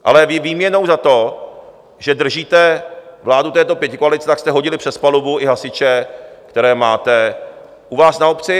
Ale výměnou za to, že držíte vládu této pětikoalice, jste hodili přes palubu i hasiče, které máte u vás na obci.